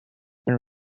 been